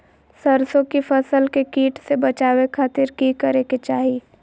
सरसों की फसल के कीट से बचावे खातिर की करे के चाही?